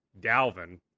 Dalvin